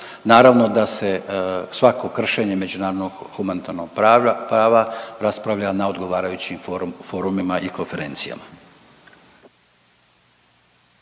Naravno da se svako kršenje međunarodnog humanitarnog prava raspravlja na odgovarajućim forumima i konferencijama.